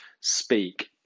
speak